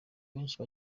benshi